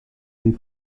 des